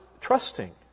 Trusting